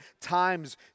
times